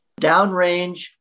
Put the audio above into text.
downrange